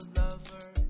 lover